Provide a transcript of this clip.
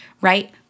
right